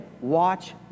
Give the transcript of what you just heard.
watch